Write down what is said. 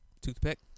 toothpick